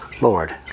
Lord